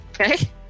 Okay